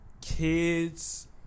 Kids